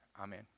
Amen